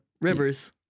Rivers